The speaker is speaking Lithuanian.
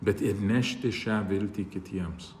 bet ir nešti šią viltį kitiems